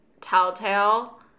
telltale